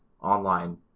online